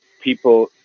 people